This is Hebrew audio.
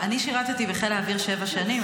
אני שירתי בחיל האוויר שבע שנים,